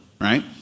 right